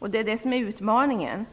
De innebär utmaningen.